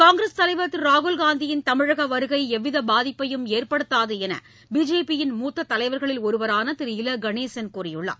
காங்கிரஸ் தலைவர் திரு ராகுல் காந்தியின் தமிழக வருகை எவ்வித பாதிப்பையும் ஏற்படத்தாது என்று பிஜேபியின் மூத்த தலைவர்களில் ஒருவரான திரு இல கணேசன் கூறியுள்ளார்